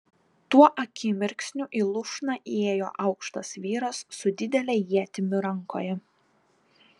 tuo akimirksniu į lūšną įėjo aukštas vyras su didele ietimi rankoje